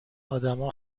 ادما